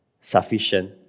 sufficient